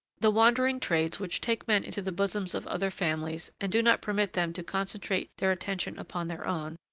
the wandering trades which take men into the bosoms of other families and do not permit them to concentrate their attention upon their own,